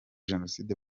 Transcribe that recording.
jenoside